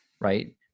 right